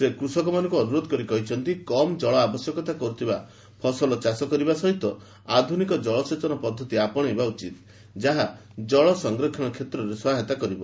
ସେ କୃଷକମାନଙ୍କୁ ଅନୁରୋଧ କରି କହିଛନ୍ତି କମ୍ ଜଳ ଆବଶ୍ୟକ କରୁଥିବା ଫସଲ ଚାଷ କରିବା ସହ ଆଧୁନିକ ଜଳସେଚନ ପଦ୍ଧତି ଆପଣେଇବା ଉଚିତ ଯାହା ଜଳ ସଂରକ୍ଷଣ କ୍ଷେତ୍ରରେ ସହାୟତା କରିବ